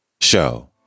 Show